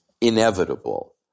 inevitable